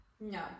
no